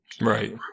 Right